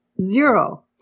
Zero